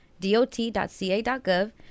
dot.ca.gov